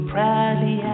Proudly